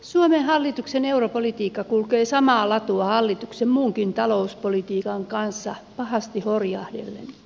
suomen hallituksen europolitiikka kulkee samaa latua hallituksen muunkin talouspolitiikan kanssa pahasti horjahdellen